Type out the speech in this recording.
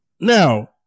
Now